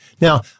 Now